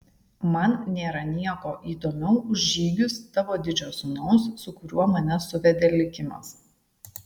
man nėra nieko įdomiau už žygius tavo didžio sūnaus su kuriuo mane suvedė likimas